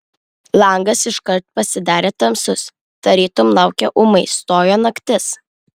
langas iškart pasidarė tamsus tarytum lauke ūmai stojo naktis